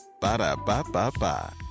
Ba-da-ba-ba-ba